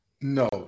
No